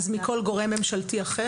אם כן, מכל גורם ממשלתי אחר?